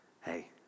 hey